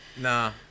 Nah